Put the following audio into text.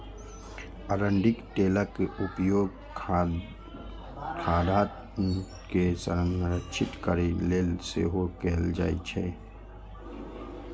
अरंडीक तेलक उपयोग खाद्यान्न के संरक्षित करै लेल सेहो कैल जाइ छै